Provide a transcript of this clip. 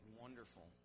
wonderful